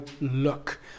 look